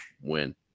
win